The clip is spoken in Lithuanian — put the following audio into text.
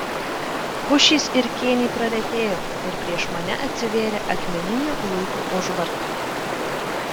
pušys ir kėniai praretėjo ir prieš mane atsivėrė akmeninių luitų užvarta